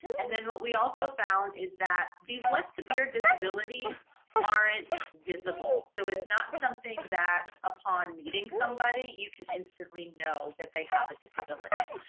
and then what we also found is that these less severe disabilities aren't visible, so it's not something that upon meeting somebody you can instantly know that they have a disability.